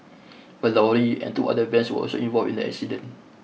a lorry and two other vans were also involved in the accident